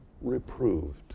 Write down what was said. Reproved